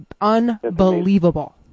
unbelievable